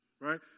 right